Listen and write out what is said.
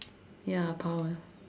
ya power